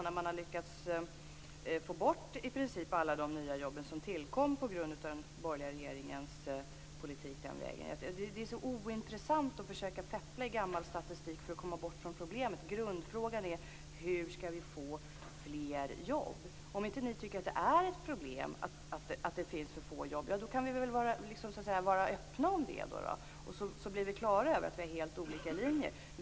Man har i princip lyckats få bort alla de nya jobb som tillkom på grund av den borgerliga regeringens politik. Det är så ointressant att försöka feppla med gammal statistik för att komma bort från problemet. Grundfrågan är hur vi skall få fler jobb. Om ni inte tycker att det är ett problem att det finns för få jobb kan ni väl säga det öppet. Då blir vi klara över att vi har helt olika linjer.